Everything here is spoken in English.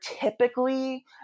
typically